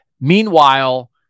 Meanwhile